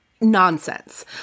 nonsense